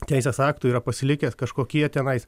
teisės aktų yra pasilikęs kažkokie tenais